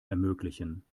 ermöglichen